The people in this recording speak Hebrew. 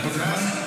יש טכנאי?